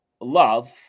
love